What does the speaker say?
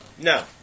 No